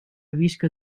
visca